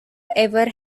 ever